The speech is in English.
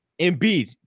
Embiid